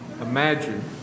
imagine